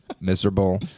miserable